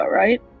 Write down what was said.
right